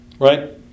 right